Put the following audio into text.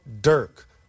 Dirk